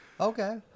Okay